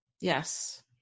Yes